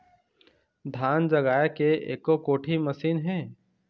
धान जगाए के एको कोठी मशीन हे?